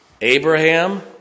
Abraham